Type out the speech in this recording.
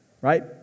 right